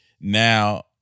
Now